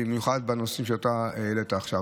במיוחד בנושאים שאתה העלית עכשיו,